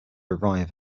arrive